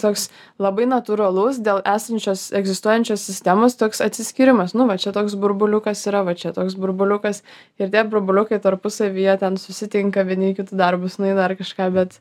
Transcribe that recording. toks labai natūralus dėl esančios egzistuojančios sistemos toks atsiskyrimas nu va čia toks burbuliukas yra va čia toks burbuliukas ir tie burbuliukai tarpusavy jie ten susitinka vieni į kitų darbus nueina dar kažką bet